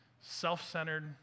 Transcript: self-centered